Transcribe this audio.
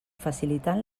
facilitant